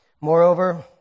Moreover